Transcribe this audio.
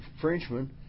Frenchman